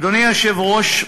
אדוני היושב-ראש,